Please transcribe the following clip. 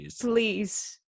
please